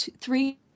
three